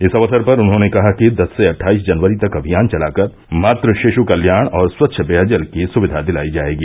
इस अवसर पर उन्होंने कहा कि दस से अट्ठाईस जनवरी तक अभियान चलाकर मातृ शिष् कल्याण और स्वच्छ पेयजल आदि की सुविधा दिलायी जायेगी